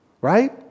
right